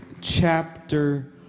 chapter